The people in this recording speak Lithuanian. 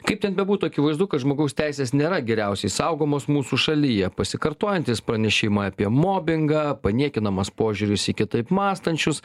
kaip ten bebūtų akivaizdu kad žmogaus teisės nėra geriausiai saugomos mūsų šalyje pasikartojantys pranešimai apie mobingą paniekinamas požiūris į kitaip mąstančius